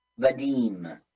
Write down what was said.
Vadim